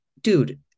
dude